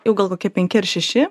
jau gal kokie penki ar šeši